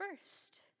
first